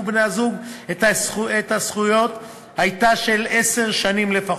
בני-הזוג את הזכויות הייתה של עשר שנים לפחות.